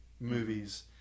movies